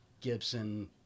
Gibson